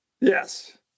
Yes